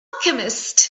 alchemist